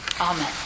Amen